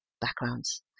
backgrounds